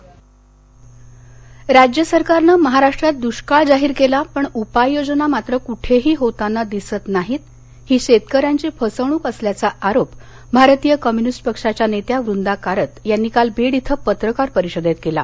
बीड राज्य सरकारनं महाराष्ट्रात दृष्काळ जाहीर केला पण उपाययोजना मात्र कुठेही होताना दिसत नाहीत ही शेतकऱ्यांची फसवणूक असल्याचा आरोप भारतीय कम्यूनिस्ट पक्षाच्या नेत्या वृंदा कारत यांनी काल बीड इथ पत्रकार परिषदेत केला